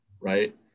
right